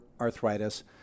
arthritis